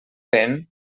vent